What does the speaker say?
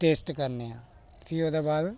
taste करने आं फ्ही ओह्दे बाद